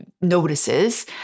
notices